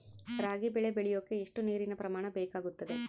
ರಾಗಿ ಬೆಳೆ ಬೆಳೆಯೋಕೆ ಎಷ್ಟು ನೇರಿನ ಪ್ರಮಾಣ ಬೇಕಾಗುತ್ತದೆ?